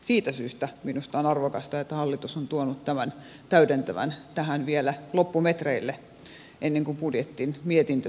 siitä syystä minusta on arvokasta että hallitus on tuonut tämän täydentävän tähän vielä loppumetreille ennen kuin budjetin mietintö saadaan kirjoitettua